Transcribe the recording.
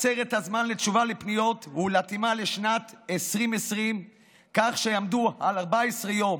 לקצר את הזמן לתשובה על פניות ולהתאימו לשנת 2020 כך שיעמוד על 14 יום.